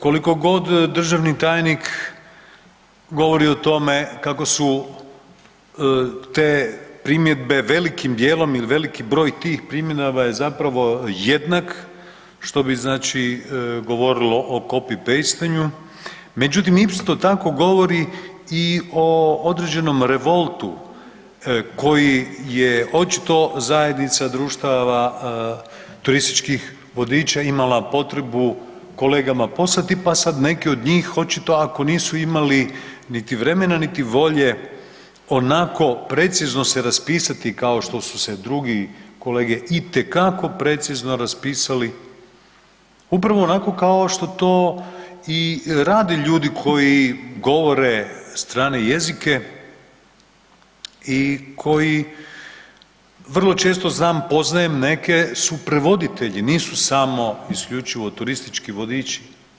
Kolikogod državni tajnik govori o tome kako su te primjedbe velikim dijelom ili veliki broj tih primjedaba je zapravo jednak, što bi znači govorilo o copy-pestanju, međutim isto tako govori i o određenom revoltu koji je očito zajednica društava turističkih vodiča imala potrebu kolegama poslati, pa sad neke od njih očito ako nisu imali niti vremena, niti volje onako precizno se raspisati kao što su se drugi kolege itekako precizno raspisali, upravo onako kao što to i rade ljudi koji govore strane jezike i koji vrlo često znam, poznajem neke su prevoditelji, nisu samo i isključivo turistički vodiči.